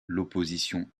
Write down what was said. l’opposition